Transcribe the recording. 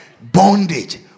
bondage